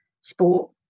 sport